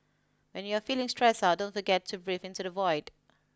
when you are feeling stressed out don't forget to breathe into the void